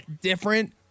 different